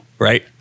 right